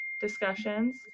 discussions